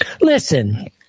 Listen